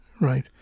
Right